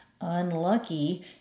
unlucky